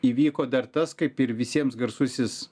įvyko dar tas kaip ir visiems garsusis